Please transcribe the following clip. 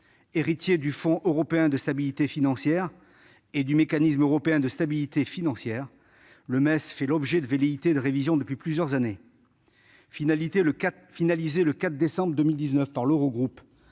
Héritier du Fonds européen de stabilité financière (FESF) et du Mécanisme européen de stabilisation financière (MESF), le MES fait l'objet de velléités de révision depuis plusieurs années. Finalisé le 4 décembre 2019 par l'Eurogroupe,